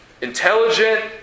intelligent